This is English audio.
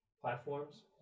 platforms